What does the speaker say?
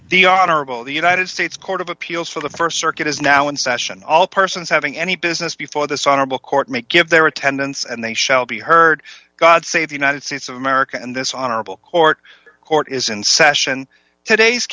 the honorable the united states court of appeals for the st circuit is now in session all persons having any business before this honorable court make give their attendance and they shall be heard god save the united states of america and this honorable court court is in session today's